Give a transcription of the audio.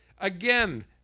Again